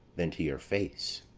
than to your face.